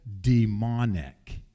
demonic